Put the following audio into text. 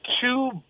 two